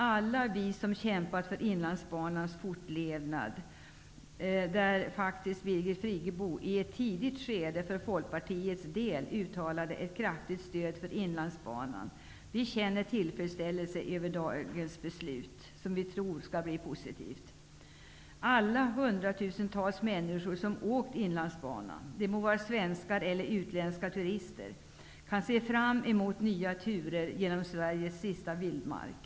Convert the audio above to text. Alla vi som har kämpat för Inlandsbanans fortlevnad -- där faktiskt Birgit Friggebo i ett tidigt skede uttalade för Folkpartiets del ett kraftigt stöd för Inlandsbanan -- känner tillfredsställelse över dagens beslut, som vi tror skall bli positivt. Alla hundratusentals människor som har åkt Inlandsbanan -- de må vara svenska eller utländska turister -- kan se fram emot nya turer genom Sveriges sista vildmark.